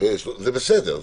זה בסדר,